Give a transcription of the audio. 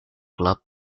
club